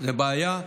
זאת בעיה.